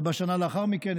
בשנה לאחר מכן,